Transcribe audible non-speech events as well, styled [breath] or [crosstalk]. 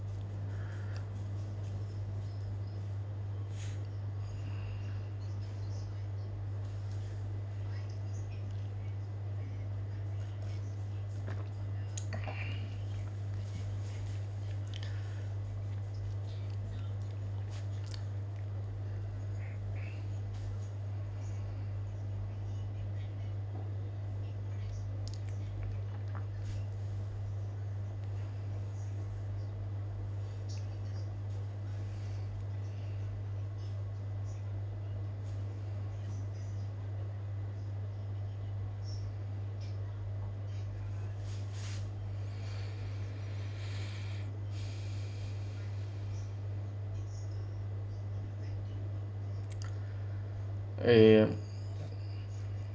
[breath] um